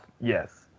yes